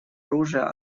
оружия